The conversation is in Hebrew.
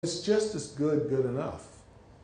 It's just as good, good enough.